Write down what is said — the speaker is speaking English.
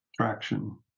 traction